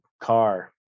car